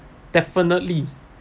definitely